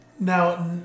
Now